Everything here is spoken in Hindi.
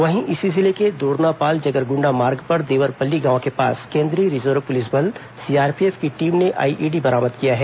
वहीं इसी जिले के दोरनापाल जगरगुंडा मार्ग पर देवरपल्ली गांव के पास केंद्रीय रिजर्व पुलिस बल सीआरपीएफ की टीम ने आईईडी बरामद किया है